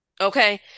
okay